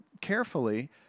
carefully